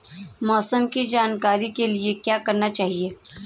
मौसम की जानकारी के लिए क्या करना चाहिए?